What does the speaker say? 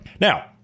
Now